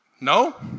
No